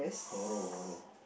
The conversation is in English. horror horror